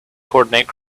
coordinate